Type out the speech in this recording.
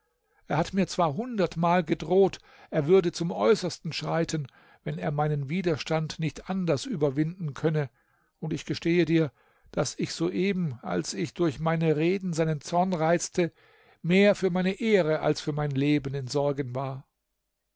er hat mir zwar hundertmal gedroht er würde zum äußersten schreiten wenn er meinen widerstand nicht anders überwinden könne und ich gestehe dir daß ich soeben als ich durch meine reden seinen zorn reizte mehr für meine ehre als für mein leben in sorgen war